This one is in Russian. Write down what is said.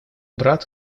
брат